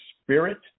spirit